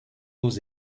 aux